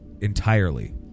entirely